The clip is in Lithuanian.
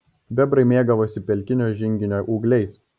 bebrai mėgavosi pelkinio žinginio ūgliais